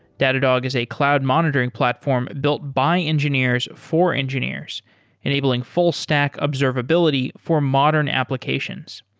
datadog is a cloud monitoring platform built by engineers for engineers enabling full stack observability for modern applications.